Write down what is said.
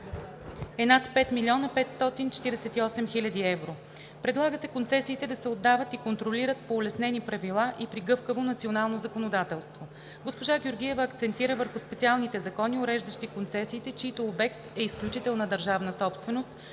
е над 5 548 000 евро. Предлага се концесиите да се отдават и контролират по улеснени правила и при гъвкаво национално законодателство. Госпожа Георгиева акцентира върху специалните закони, уреждащи концесиите, чийто обект е изключителна държавна собственост,